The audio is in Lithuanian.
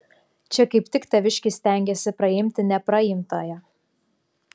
čia kaip tik taviškis stengiasi praimti nepraimtąją